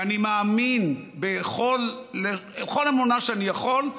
ואני מאמין בכל אמונה שאני יכול,